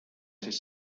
siis